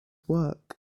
work